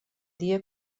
dia